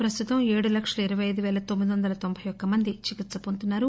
ప్రస్తుతం ఏడు లక్షల ఇరవై అయిదు పేల తొమ్మిదొందల తొంభై యొక్క మంది చికిత్ప వొందుతున్నారు